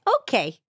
Okay